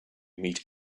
meet